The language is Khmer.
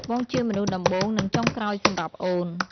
បងជាមនុស្សដំបូង និងចុងក្រោយសម្រាប់អូន។